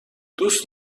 دوست